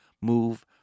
move